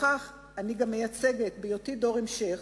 בכך אני גם מייצגת, בהיותי דור המשך,